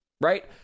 Right